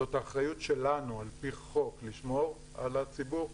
זאת האחריות שלנו על פי חוק לשמור על הציבור,